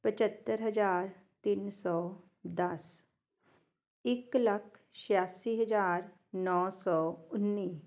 ਪੰਝੱਤਰ ਹਜ਼ਾਰ ਤਿੰਨ ਸੌ ਦਸ ਇੱਕ ਲੱਖ ਛਿਆਸੀ ਹਜ਼ਾਰ ਨੌਂ ਸੌ ਉੱਨੀ